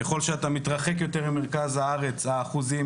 ככל שאתה מתרחק יותר ממרכז הארץ האחוזים